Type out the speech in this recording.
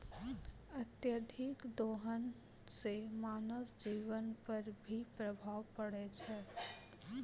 अत्यधिक दोहन सें मानव जीवन पर भी प्रभाव परै छै